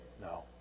No